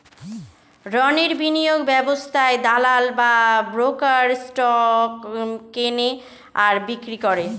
রণের বিনিয়োগ ব্যবস্থায় দালাল বা ব্রোকার স্টক কেনে আর বিক্রি করে